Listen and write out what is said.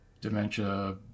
Dementia